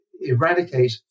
eradicate